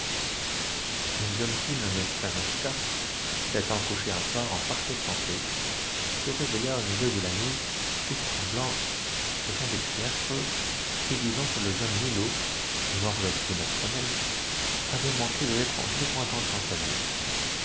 une jeune fille nommé stanoska s'étant couchée un soir en parfaite santé se réveilla au milieu de la nuit toute tremblante jetant des cris affreux et disant que le jeune millo mort depuis neuf semaines avait manqué de l'étrangler pendant son sommeil